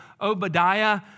Obadiah